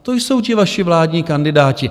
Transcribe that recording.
To jsou ti vaši vládní kandidáti.